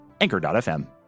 Anchor.fm